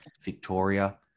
Victoria